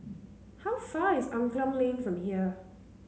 how far away is Angklong Lane from here